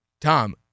Tom